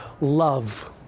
Love